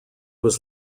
was